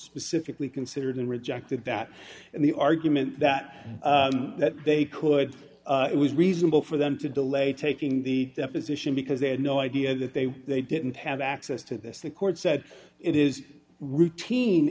specifically considered and rejected that and the argument that they could it was reasonable for them to delay taking the deposition because they had no idea that they they didn't have access to this the court said it is routine